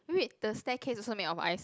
wa~ wait the staircase also made of ice